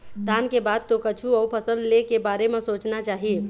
धान के बाद तो कछु अउ फसल ले के बारे म सोचना चाही